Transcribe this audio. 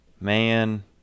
Man